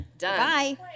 Bye